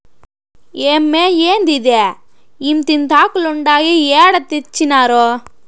ఏమ్మే, ఏందిదే ఇంతింతాకులుండాయి ఏడ తెచ్చినారు